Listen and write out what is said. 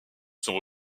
sont